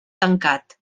tancat